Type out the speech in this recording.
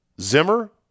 zimmer